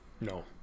No